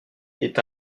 est